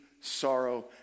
sorrow